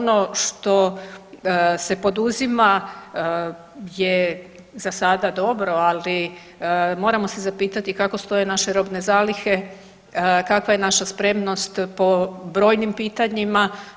Ono što se poduzima je za sada dobro, ali moramo se zapitati kako stoje naše robne zalihe, kakva je naša spremnost po brojnim pitanjima.